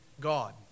God